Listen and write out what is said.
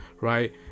right